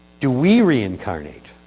do we reincarnate?